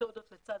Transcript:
המתודות לצד